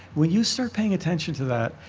when you start paying attention to that,